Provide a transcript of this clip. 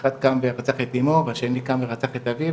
אחד קם ורצח את אימו והשני קם ורצח את אביו,